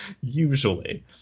usually